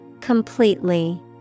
Completely